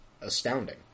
astounding